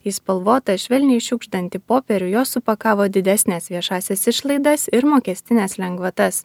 į spalvotą švelniai šiugždantį popierių jos supakavo didesnes viešąsias išlaidas ir mokestines lengvatas